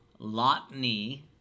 Lotny